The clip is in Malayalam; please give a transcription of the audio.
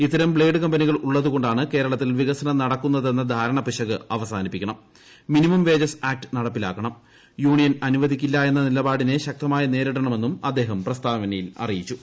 ഇത്തരം ബ്ലേഡ് കമ്പനികൾ ഉള്ളതുകൊണ്ടാണ് കേരളത്തിൽ വികസനം നടക്കുന്നതെന്ന ധാരണപ്പിശക് അവസാനിപ്പിക്കണം മിനിമം വേജസ് ആക്റ്റ് നടപ്പിലാക്കണം യൂണിയൻ അനുവദിക്കില്ല എന്ന നിലപാടിനെ ശക്തമായി നേരിടണമെന്നും അദ്ദേഹം പ്രസ്താവനയിൽ അറിയിച്ചു